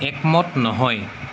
একমত নহয়